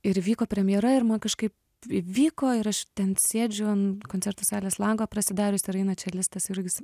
ir įvyko premjera ir man kažkaip įvyko ir aš ten sėdžiu an koncertų salės langą prasidarius ir eina čiolistas jurgis